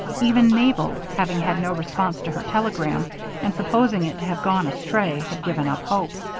even mabel, having had no response to her telegram and supposing it to have gone astray, had given up hope.